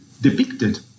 depicted